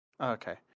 Okay